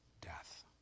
death